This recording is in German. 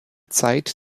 zeit